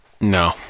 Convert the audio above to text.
No